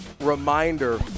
Reminder